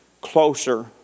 closer